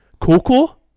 Coco